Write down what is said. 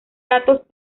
datos